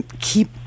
keep